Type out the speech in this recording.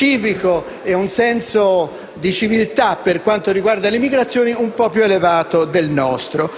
civico, e un senso di civiltà, per quanto riguarda le migrazioni, un po' più elevato del nostro.